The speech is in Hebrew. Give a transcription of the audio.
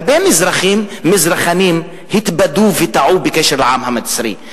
הרבה מזרחנים התבדו וטעו בקשר לעם המצרי.